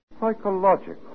psychological